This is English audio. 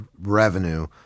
revenue